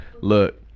Look